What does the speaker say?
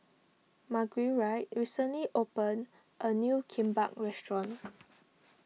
Marguerite recently opened a new Kimbap restaurant